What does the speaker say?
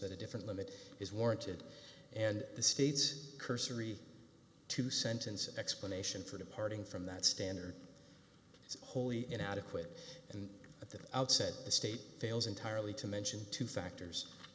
that a different limit is warranted and the state's cursory two sentence explanation for departing from that standard is wholly inadequate and at the outset the state fails entirely to mention two factors